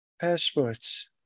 passports